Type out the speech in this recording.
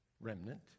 remnant